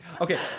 Okay